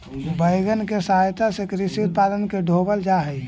wagon के सहायता से कृषि उत्पादन के ढोवल जा हई